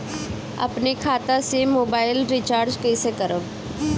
अपने खाता से मोबाइल रिचार्ज कैसे करब?